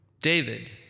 David